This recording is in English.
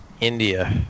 India